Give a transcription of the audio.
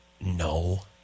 No